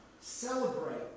celebrate